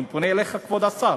אני פונה אליך, כבוד השר,